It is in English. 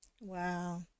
Wow